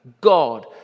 god